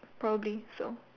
probably so